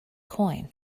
coin